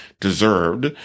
deserved